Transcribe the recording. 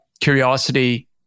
curiosity